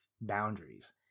boundaries